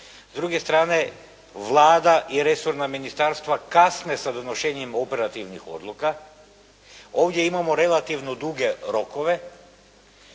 S druge strane Vlada i resorna ministarstva kasne sa donošenjem operativnih odluka. Ovdje imamo relativno duge rokove,